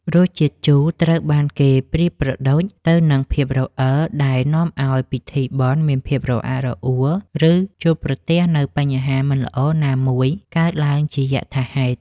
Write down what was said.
រសជាតិជូរត្រូវបានគេប្រៀបប្រដូចទៅនឹងភាពរអិលដែលនាំឱ្យពិធីបុណ្យមានភាពរអាក់រអួល ឬ ជួបប្រទះនូវបញ្ហាមិនល្អណាមួយកើតឡើងជាយថាហេតុ។